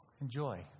enjoy